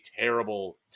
terrible